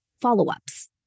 follow-ups